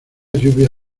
lluvia